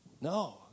no